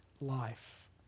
life